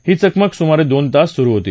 ही चकमक सुमारे दोन तास सुरु होती